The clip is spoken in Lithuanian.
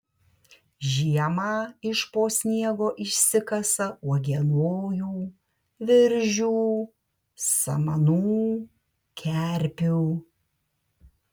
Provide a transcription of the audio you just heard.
žiemą iš po sniego išsikasa uogienojų viržių samanų kerpių